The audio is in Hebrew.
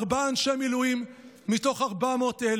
ארבעה אנשי מילואים מתוך 400,000,